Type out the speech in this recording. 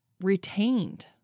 retained